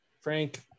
Frank